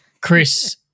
Chris